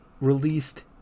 released